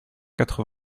quatre